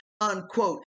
unquote